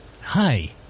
Hi